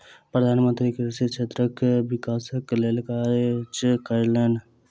प्रधान मंत्री कृषि क्षेत्रक विकासक लेल काज कयलैन